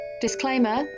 Disclaimer